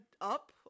up